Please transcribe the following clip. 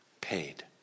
Paid